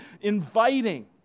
inviting